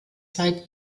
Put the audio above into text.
zeit